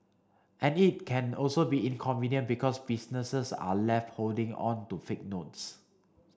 and it can also be inconvenient because businesses are left holding on to fake notes